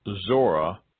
Zora